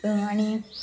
आणि